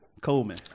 Coleman